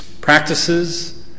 Practices